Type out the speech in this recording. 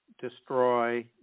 destroy